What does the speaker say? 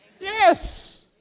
Yes